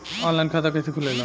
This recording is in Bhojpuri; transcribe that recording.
आनलाइन खाता कइसे खुलेला?